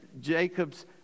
Jacob's